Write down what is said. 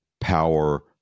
power